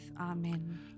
Amen